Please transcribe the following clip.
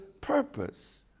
purpose